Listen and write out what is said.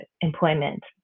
employment